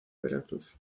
veracruz